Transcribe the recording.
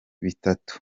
bitatu